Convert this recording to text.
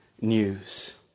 news